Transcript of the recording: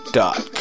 dot